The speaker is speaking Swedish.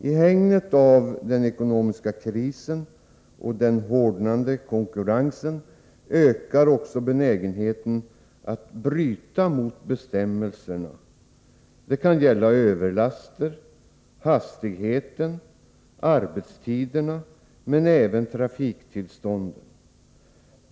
I hägnet av den ekonomiska krisen och den hårdnande konkurrensen ökar också benägenheten att bryta mot bestämmelserna. Det kan gälla överlaster, hastigheten och arbetstiderna men även trafiktillstånden.